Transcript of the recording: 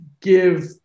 give